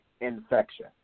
infection